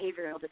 behavioral